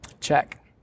Check